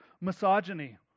misogyny